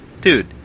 Dude